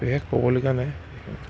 বিশেষ ক'ব লগা নাই